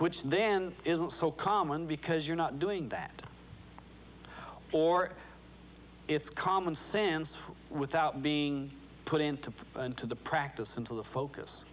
which then isn't so common because you're not doing that or it's common sense without being put into put into the practice into the focus